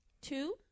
two